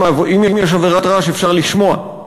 אם יש עבירת רעש אפשר לשמוע.